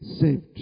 saved